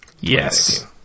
Yes